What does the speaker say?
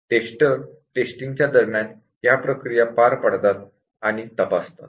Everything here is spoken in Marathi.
टेस्टर टेस्टिंग दरम्यान या प्रक्रिया पार पाडतात आणि तपासतात